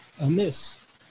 amiss